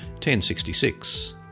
1066